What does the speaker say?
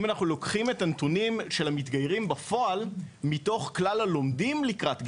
אם אנחנו לוקחים את הנתונים של בפועל מתוך כלל הלומדים לקראת גיור,